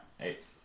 eight